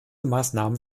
maßnahmen